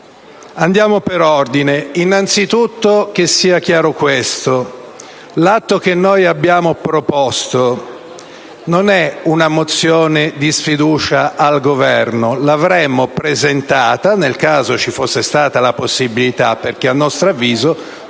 andiamo per ordine. Innanzitutto, sia chiaro questo. L'atto che noi abbiamo proposto non è una mozione di sfiducia al Governo. L'avremmo presentata, nel caso ci fosse stata la possibilità, perché, a nostro avviso,